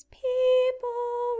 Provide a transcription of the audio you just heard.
people